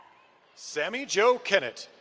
semijo kenett,